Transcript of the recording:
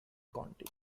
county